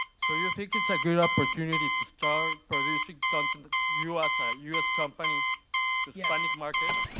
so you think it's a good opportunity to start producing content? us ah us company to hispanic market?